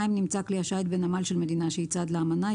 נמצא כלי השיט בנמחל של מדינה שהיא צד לאמנה,